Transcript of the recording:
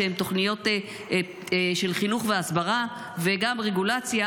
שהן תוכניות של חינוך והסברה וגם רגולציה